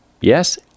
Yes